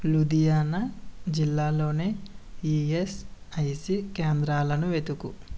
లుధియానా జిల్లాలోని ఈఎస్ఐసి కేంద్రాలను వెతుకు